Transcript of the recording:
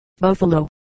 Buffalo